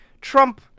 Trump